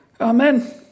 Amen